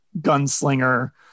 gunslinger